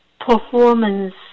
performance